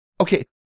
Okay